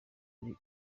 kuri